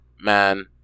man